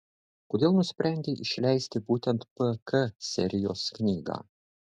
kodėl nusprendei išleisti būtent pk serijos knygą